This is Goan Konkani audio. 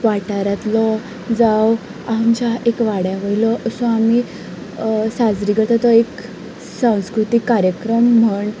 वाठारांतलो जावं आमच्या एक वाड्या वयलो असो आमी साजरो करता तो एक संस्कृतीक कार्यक्रम म्हण